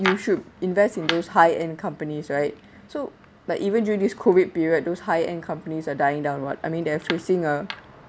you should invest in those high-end companies right so like even during this COVID period those high-end companies are dying down [what] I mean they are facing a